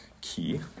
key